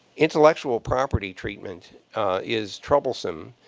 intellectual property treatment is troublesome,